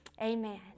Amen